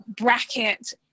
bracket